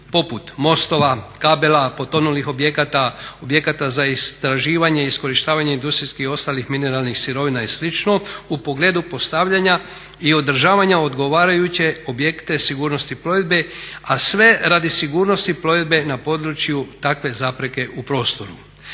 poput mostova, kabela, potonulih objekata, objekata za istraživanja i iskorištavanje industrijskih i ostalih mineralnih sirovina i slično u pogledu postavljanja i održavanja odgovarajuće objekte sigurnosti plovidbe, a sve radi sigurnosti plovidbe na području takve zapreke u prostoru.